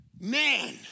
Man